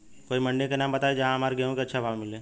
कोई मंडी के नाम बताई जहां हमरा गेहूं के अच्छा भाव मिले?